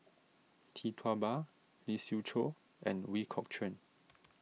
Tee Tua Ba Lee Siew Choh and Ooi Kok Chuen